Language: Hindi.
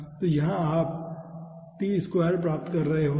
तो आप यहाँ पर t2 प्राप्त कर रहे होंगे